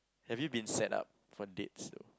have you been set up for dates